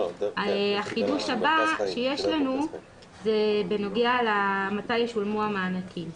החידוש הבא שיש לנו זה בנוגע למתי ישולמו המענקים.